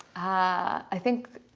i think